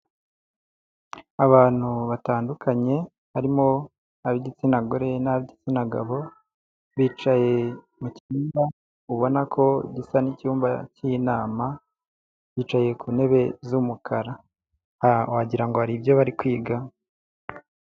Abantu batandukanye harimo ab'igitsina gore n'ab'igitsina gabo, bicaye mu cyumba ubona ko gisa n'icyumba cy'inama. Bicaye ku ntebe z'umukara, wagira ngo hari ibyo bari kwiga.